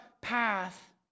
path